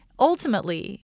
Ultimately